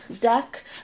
deck